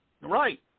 Right